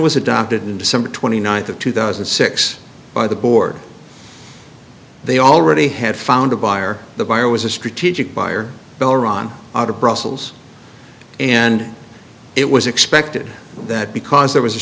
was adopted in december twenty ninth of two thousand and six by the board they already had found a buyer the buyer was a strategic buyer will run out of brussels and it was expected that because there was a